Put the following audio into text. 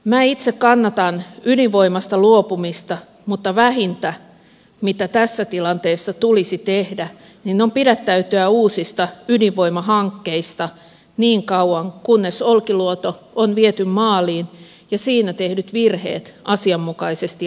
minä itse kannatan ydinvoimasta luopumista mutta vähintä mitä tässä tilanteessa tulisi tehdä on pidättäytyä uusista ydinvoimahankkeista niin kauan kunnes olkiluoto on viety maaliin ja siinä tehdyt virheet asianmukaisesti analysoitu